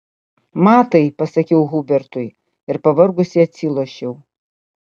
matai pasakiau hubertui ir pavargusi atsilošiau